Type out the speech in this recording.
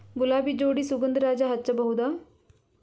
ಗುಲಾಬಿ ಜೋಡಿ ಸುಗಂಧರಾಜ ಹಚ್ಬಬಹುದ?